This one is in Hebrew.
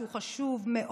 שהוא חשוב מאוד,